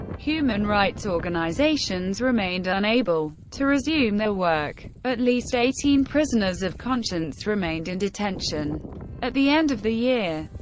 human rights organizations remained unable to resume their work. at least eighteen prisoners of conscience remained in detention at the end of the year.